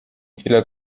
ile